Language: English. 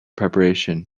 preparation